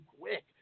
quick